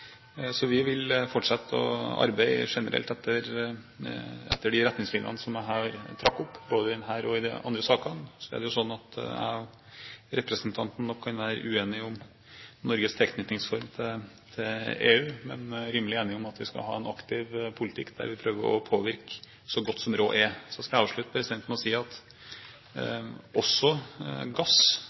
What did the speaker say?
Vi vil fortsette å arbeide generelt etter de retningslinjene som jeg her trakk opp, både i denne og i de andre sakene. Så er det slik at jeg og representanten nok kan være uenige om Norges tilknytningsform til EU, men er rimelig enige om at vi skal ha en aktiv politikk der vi prøver å påvirke så godt som råd er. Så skal jeg avslutte med å si at også gass